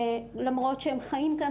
למרות שהם חיים כאן,